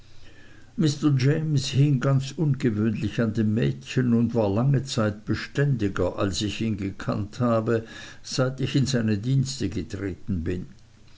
james hing ganz ungewöhnlich an dem mädchen und war lange zeit beständiger als ich ihn gekannt habe seit ich in seine dienste getreten bin